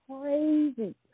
crazy